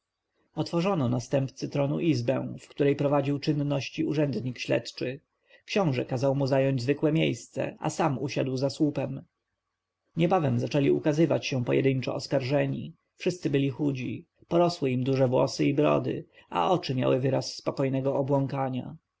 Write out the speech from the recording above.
otworzono następcy tronu izbę w której prowadził czynności urzędnik śledczy książę kazał mu zająć zwykłe miejsce a sam usiadł za słupem niebawem zaczęli ukazywać się pojedyńczo oskarżeni wszyscy byli chudzi porosły im duże włosy i brody a oczy miały wyraz spokojnego obłąkania